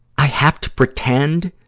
i have to pretend